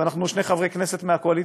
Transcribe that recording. ואנחנו שני חברי כנסת מהקואליציה,